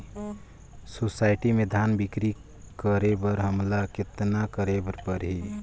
Society म धान बिक्री करे बर हमला कतना करे परही?